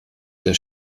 der